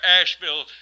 Asheville